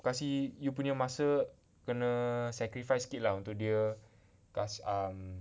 kasih you punya masa kena sacrifice sikit lah untuk dia cause um